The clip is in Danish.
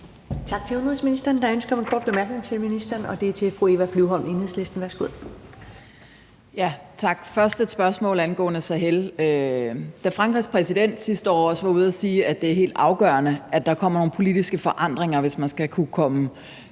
Tak til udenrigsministeren. Der er ønske om en kort bemærkning til ministeren, og den er fra fru Eva Flyvholm, Enhedslisten. Værsgo. Kl. 11:34 Eva Flyvholm (EL): Tak. Først har jeg et spørgsmål angående Sahel. Da Frankrigs præsident sidste år var ude at sige, at det er helt afgørende, at der kommer nogle politiske forandringer, hvis man skal kunne komme